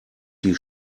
die